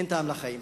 אין טעם לחיים.